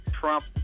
Trump